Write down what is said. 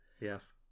Yes